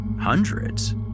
Hundreds